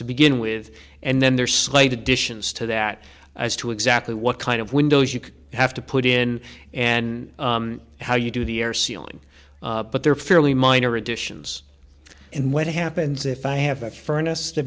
to begin with and then there slate additions to that as to exactly what kind of windows you have to put in and how you do the air sealing but they're fairly minor additions and what happens if i have a furnace th